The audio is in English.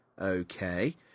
Okay